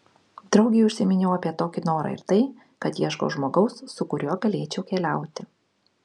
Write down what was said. draugei užsiminiau apie tokį norą ir tai kad ieškau žmogaus su kuriuo galėčiau keliauti